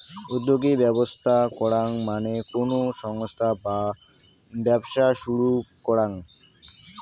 উদ্যোগী ব্যবস্থা করাঙ মানে কোনো সংস্থা বা ব্যবসা শুরু করাঙ